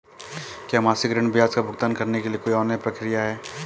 क्या मासिक ऋण ब्याज का भुगतान करने के लिए कोई ऑनलाइन प्रक्रिया है?